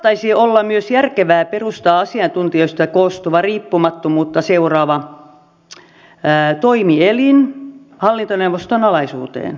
saattaisi olla myös järkevää perustaa asiantuntijoista koostuva riippumattomuutta seuraava toimielin hallintoneuvoston alaisuuteen